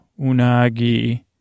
unagi